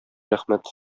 рәхмәт